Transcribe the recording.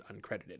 uncredited